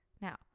Now